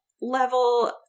level